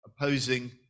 opposing